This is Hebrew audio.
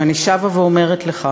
ואני שבה ואומרת לך